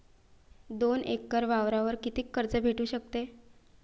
दोन एकर वावरावर कितीक कर्ज भेटू शकते?